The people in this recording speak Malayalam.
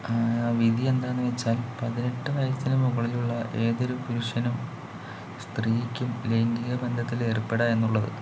വിധിയെന്താന്ന് വച്ചാൽ പതിനെട്ട് വയസ്സിന് മുകളിലുള്ള ഏതൊരു പുരുഷനും സ്ത്രീക്കും ലൈംഗീക ബന്ധത്തിലേർപ്പെടാം എന്നുള്ളത്